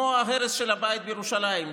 כמו ההרס של הבית בירושלים,